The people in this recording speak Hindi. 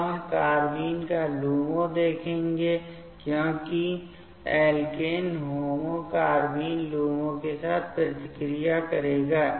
अब हम कार्बाइन का LUMO देखेंगे क्योंकि एल्केन HOMO कार्बाइन LUMO के साथ प्रतिक्रिया करेगा